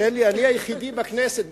אני היחידי בכנסת.